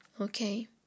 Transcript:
Okay